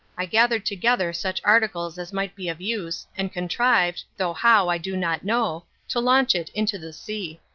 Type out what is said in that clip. i gathered together such articles as might be of use and contrived, though how i do not know, to launch it into the sea.